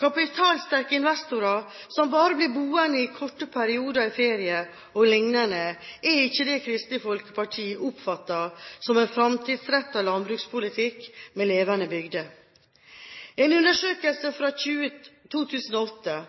Kapitalsterke investorer som bare blir boende i korte perioder i ferier o.l., er ikke det Kristelig Folkeparti oppfatter som en fremtidsrettet landbrukspolitikk med levende bygder. En undersøkelse fra 2008